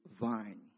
vine